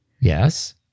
Yes